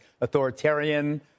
authoritarian